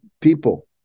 people